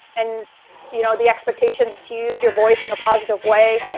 and you know the expectations to use your voice in a positive way.